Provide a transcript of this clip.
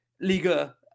Liga